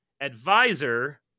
advisor